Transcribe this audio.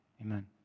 Amen